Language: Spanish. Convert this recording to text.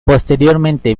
posteriormente